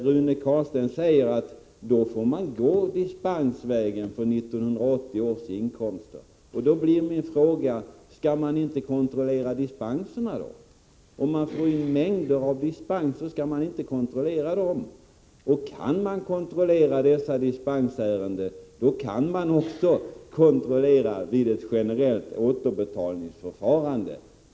Rune Carlstein säger att man får gå dispensvägen för 1980 års inkomster. Då blir min fråga: Skall inte dispensansökningarna kontrolleras, om det kommer in mängder av sådana? Kan man kontrollera dispensärendena kan man också göra en kontroll vid ett generellt återbetalningsförfarande.